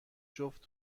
جفت